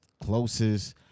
closest